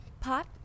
Pot